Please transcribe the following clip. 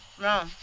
No